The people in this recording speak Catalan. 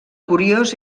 curiós